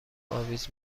اویز